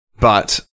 But-